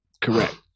Correct